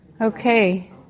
Okay